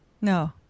No